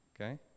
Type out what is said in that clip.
okay